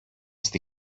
στη